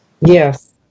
Yes